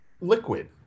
liquid